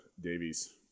Davies